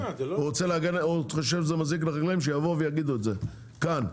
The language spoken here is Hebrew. הוא חושב שזה מזיק לחקלאים שיבואו ויגידו את זה כאן,